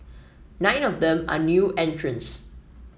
nine of them are new entrants